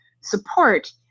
support